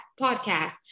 podcast